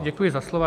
Děkuji za slovo.